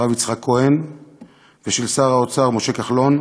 הרב יצחק כהן ושל שר האוצר משה כחלון,